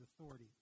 authority